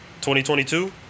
2022